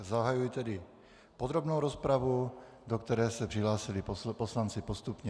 Zahajuji tedy podrobnou rozpravu, do které se přihlásili poslanci postupně.